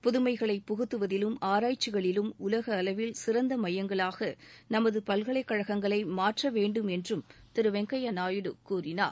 புதுமைகளை புகுத்துவதிலும் ஆராய்ச்சிகளிலும் உலக அளவில் சிறந்த மையங்களாக நுத பல்கலைக் கழகங்களை மாற்ற வேண்டும் என்றும் திரு வெங்கையா நாயுடு கூறினார்